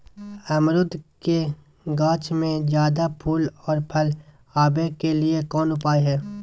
अमरूद के गाछ में ज्यादा फुल और फल आबे के लिए कौन उपाय है?